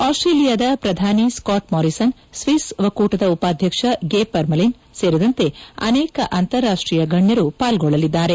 ಅಸ್ವೇಲಿಯದ ಪ್ರಧಾನಿ Scott Morrison Swiss ಒಕ್ಕೂಟದ ಉಪಾಧ್ಯಕ್ಷ ಗೇ ಪರ್ನಲಿನ್ ಸೇರಿದಂತೆ ಅನೇಕ ಅಂತಾರಾಷ್ಟೀಯ ಗಣ್ಯರು ಪಾಲ್ಗೊಳ್ಳಿದ್ದಾರೆ